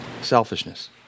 Selfishness